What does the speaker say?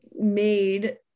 made